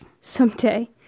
someday